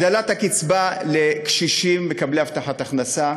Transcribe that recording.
הגדלת הקצבה לקשישים מקבלי הבטחת הכנסה: